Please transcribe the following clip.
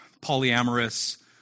polyamorous